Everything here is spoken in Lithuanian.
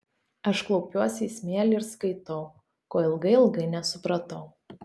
aš klaupiuosi į smėlį ir skaitau ko ilgai ilgai nesupratau